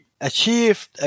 achieved